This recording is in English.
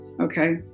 Okay